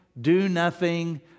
do-nothing